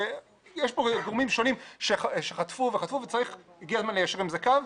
יש פה גורמים שונים שחטפו וחטפו והגיע הזמן ליישר עם זה קו.